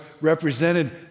represented